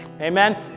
amen